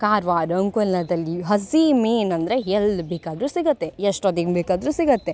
ಕಾರ್ವಾರ ಅಂಕೋಲದಲ್ಲಿ ಹಸಿ ಮೀನು ಅಂದರೆ ಎಲ್ಲಿ ಬೇಕಾದರು ಸಿಗುತ್ತೆ ಎಷ್ಟು ಹೊತ್ತಿಗೆ ಬೇಕಾದರು ಸಿಗುತ್ತೆ